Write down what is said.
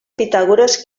pitàgores